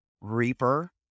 reaper